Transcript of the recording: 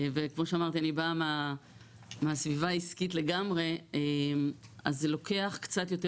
וכמו שאמרתי אני באה מהסביבה העסקית לגמרי אז זה לוקח קצת יותר